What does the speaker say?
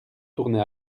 tournez